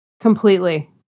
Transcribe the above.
Completely